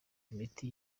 imiti